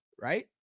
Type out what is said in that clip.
right